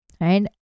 right